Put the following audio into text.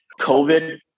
COVID